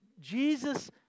Jesus